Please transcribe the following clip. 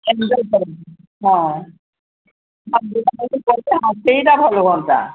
enjoy କରିବି ହଁ ସେଇଟା ଭଲ ହୁଅନ୍ତା